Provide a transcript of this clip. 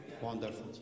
Wonderful